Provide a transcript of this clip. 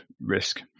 risk